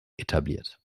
etabliert